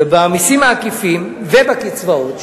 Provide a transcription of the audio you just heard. ובמסים העקיפים ובקצבאות,